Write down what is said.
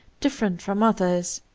different from others.